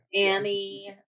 Annie